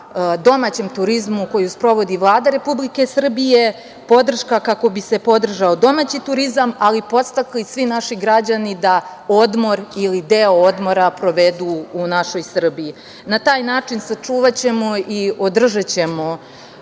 domaćem turizmu koji sprovodi Vlada Republike Srbije, podrška kako bi se podržao domaći turizam, ali i podstakli svi naši građani da odmor ili deo odmora provedu u našoj Srbiji. Na taj način sačuvaćemo i održaćemo